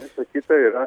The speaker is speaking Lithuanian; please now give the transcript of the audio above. visa kita yra